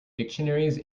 dictionaries